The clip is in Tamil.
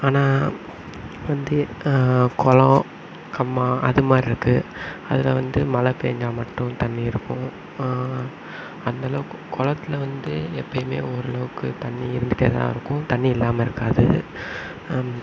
ஆனால் வந்து குளம் கம்மாய் அதுமாதிரி இருக்குது அதில் வந்து மழை பெஞ்சா மட்டும் தண்ணி இருக்கும் அந்தளவுக்கு குளத்தில் வந்து எப்பையுமே ஓரளவுக்கு தண்ணி இருந்துட்டேதான் இருக்கும் தண்ணி இல்லாமல் இருக்காது